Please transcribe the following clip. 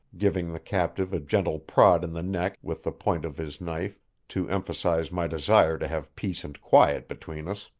giving the captive a gentle prod in the neck with the point of his knife to emphasize my desire to have peace and quiet between us.